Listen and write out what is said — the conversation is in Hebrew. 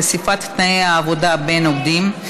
חשיפת תנאי העבודה בין עובדים),